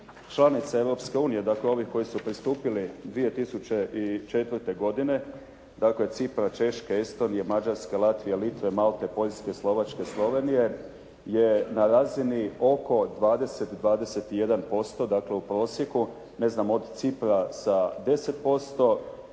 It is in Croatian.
unije, dakle ovi koji su pristupili 2004. godine, dakle Cipra, Češke, Estonije, Mađarske, Latvije, Litve, Malte, Poljske, Slovačke, Slovenije je na razini oko 22-21% dakle u prosjeku ne znam od Cipra sa 10%,